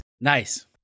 Nice